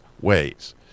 ways